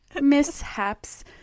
mishaps